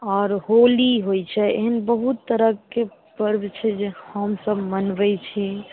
आओर होली होइत छै एहन बहुत तरहके पर्व छै जे हमसब मनबैत छी